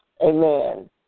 amen